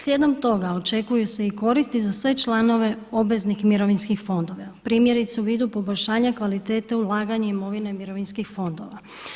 Slijedom toga očekuju se i koristi za sve članove obveznih mirovinskih fondova, primjerice u vidu poboljšanja kvalitete ulaganja imovine mirovinskih fondova.